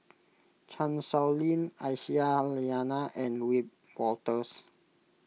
Chan Sow Lin Aisyah Lyana and Wiebe Wolters